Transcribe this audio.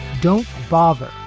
don't bother.